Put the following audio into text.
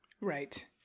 Right